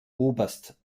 oberst